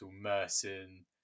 Merson